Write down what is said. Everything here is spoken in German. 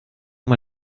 mal